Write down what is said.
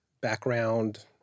background